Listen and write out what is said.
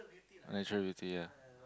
natural beauty ya